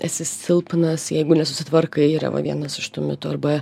esi silpnas jeigu nesusitvarkai yra va vienas iš tų mitų arba